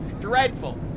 dreadful